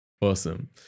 Awesome